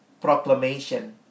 proclamation